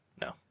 No